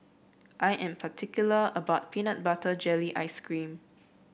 I am particular about Peanut Butter Jelly Ice cream